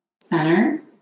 center